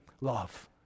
love